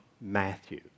Matthew